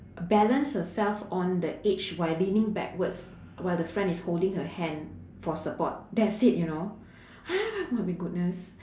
balance herself on the edge while leaning backwards while her friend is holding the hand for support that's it you know my goodness